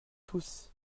tous